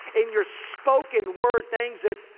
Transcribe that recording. in your spoken word things that,